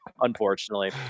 unfortunately